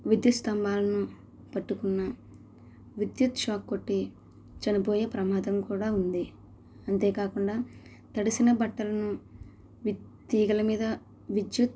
విద్యుత్ స్తంభాలను పట్టుకున్న విద్యుత్ షాక్ కొట్టి చనిపోయే ప్రమాదం కూడా ఉంది అంతేకాకుండా తడిసిన బట్టలను వి తీగల మీద విద్యుత్